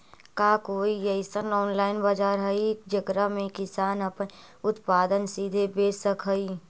का कोई अइसन ऑनलाइन बाजार हई जेकरा में किसान अपन उत्पादन सीधे बेच सक हई?